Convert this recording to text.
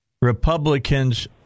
Republicans